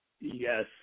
Yes